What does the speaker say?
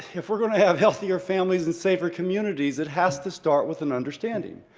if we're to have healthier families and safer communities, it has to start with an understanding.